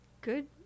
good